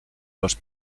los